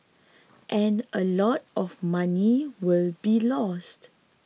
and a lot of money will be lost